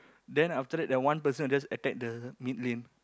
then after that the one person will just attack the mid lane